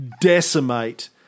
decimate